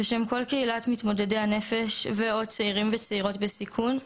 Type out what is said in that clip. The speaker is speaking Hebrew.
בשם כל קהילת מתמודדי הנפש ו/או צעירים וצעירות בסיכון,